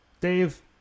Dave